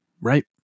Right